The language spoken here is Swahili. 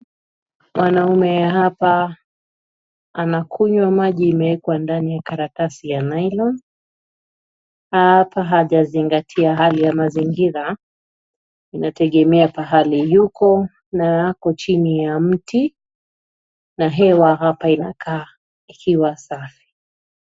Mwanaume hapa anakunywa maji imewekwa ndani ya karatasi ya nailoni, hapa hajazingatia hali ya mazingira. Inategemea pahali yuko na ako chini ya mti na hewa hapa inakaa ikiwa safi.